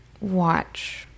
watch